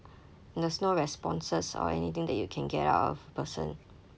there's no responses or anything that you can get out of the person